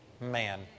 Man